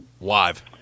live